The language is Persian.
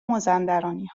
مازندرانی